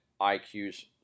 IQs